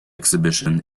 exhibition